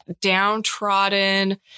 downtrodden